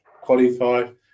qualified